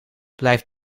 blijft